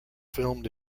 filmed